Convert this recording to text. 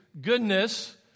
goodness